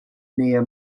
near